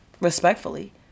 respectfully